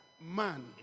man